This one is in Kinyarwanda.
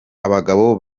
abagabo